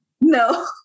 no